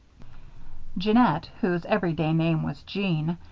jeannette, whose everyday name was jeanne,